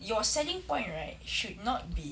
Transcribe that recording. your selling point right should not be